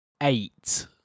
eight